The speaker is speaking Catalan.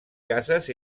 cases